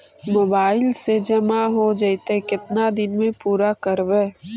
Mobile से जामा हो जैतय, केतना दिन में पुरा करबैय?